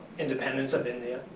independence of india,